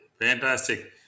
fantastic